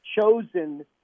chosen